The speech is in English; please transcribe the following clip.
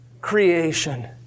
creation